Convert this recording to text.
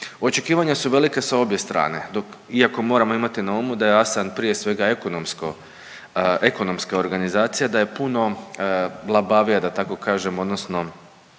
Očekivanja su velika sa obje strane, dok iako moramo imati na umu da je ASEAN prije svega ekonomska organizacija, da je puno labavija da tako kažem, odnosno